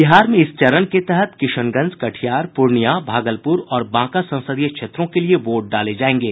बिहार में इस चरण के तहत किशनगंज कटिहार पूर्णिया भागलपुर और बांका संसदीय क्षेत्रों के लिए वोट डाले जायेंगे